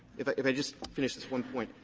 if if i just finish this one point.